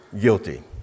guilty